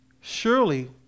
Surely